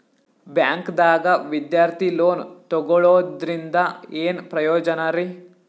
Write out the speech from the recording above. ಬ್ಯಾಂಕ್ದಾಗ ವಿದ್ಯಾರ್ಥಿ ಲೋನ್ ತೊಗೊಳದ್ರಿಂದ ಏನ್ ಪ್ರಯೋಜನ ರಿ?